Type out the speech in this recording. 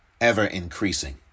ever-increasing